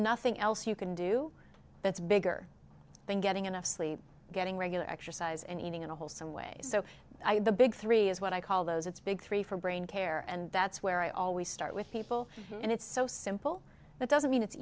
nothing else you can do that's bigger than getting enough sleep getting regular exercise and eating in a whole some ways so the big three is what i call those it's big three for brain care and that's where i always start with people and it's so simple that doesn't mean it's